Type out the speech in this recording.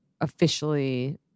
officially